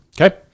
Okay